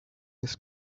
this